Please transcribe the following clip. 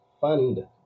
fund